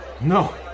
No